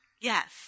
Yes